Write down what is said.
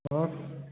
और